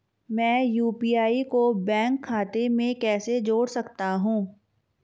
मैं यू.पी.आई को बैंक खाते से कैसे जोड़ सकता हूँ?